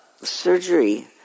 surgery